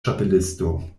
ĉapelisto